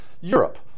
Europe